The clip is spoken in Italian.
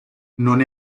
non